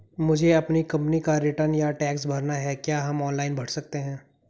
मुझे अपनी कंपनी का रिटर्न या टैक्स भरना है क्या हम ऑनलाइन भर सकते हैं?